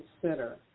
consider